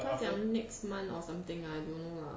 跟他讲 next month or something uh I don't know lah